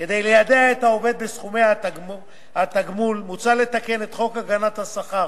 כדי ליידע את העובד בסכומי התגמול מוצע לתקן את חוק הגנת השכר,